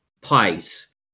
pies